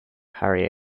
harry